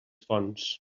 fonts